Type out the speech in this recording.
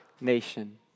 nation